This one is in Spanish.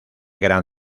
gran